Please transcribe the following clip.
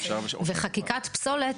וחקיקת פסולת,